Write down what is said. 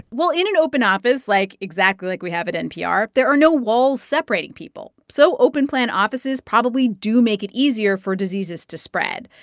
well, in an open office, like exactly like we have at npr, there are no walls separating people. so open-plan offices probably do make it easier for diseases to spread.